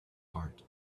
heart